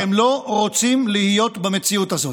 אתם לא רוצים להיות במציאות הזאת.